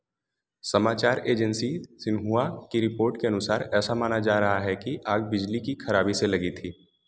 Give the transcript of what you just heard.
समाचार agency Xinhua की report के अनुसार ऐसा माना जा रहा है कि आग बिजली की ख़राबी से लगी थी